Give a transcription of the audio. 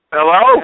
Hello